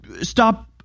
stop